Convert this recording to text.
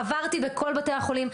עברתי בכל בתי החולים,